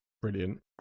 Brilliant